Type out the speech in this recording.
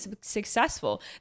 successful